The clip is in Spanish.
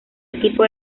equipo